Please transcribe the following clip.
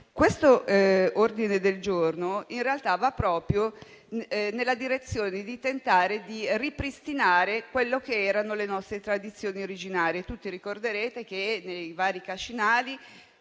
L'ordine del giorno G2.107 in realtà va proprio nella direzione di tentare di ripristinare le nostre tradizioni originarie. Tutti ricorderete che nei vari cascinali